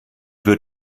wird